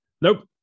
nope